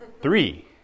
three